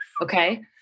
okay